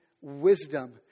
wisdom